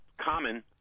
common